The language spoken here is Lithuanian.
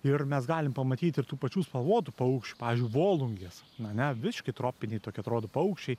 ir mes galim pamatyti ir tų pačių spalvotų paukščių pavyzdžiui volungės na ne visiškai tropiniai tokie atrodo paukščiai